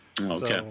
Okay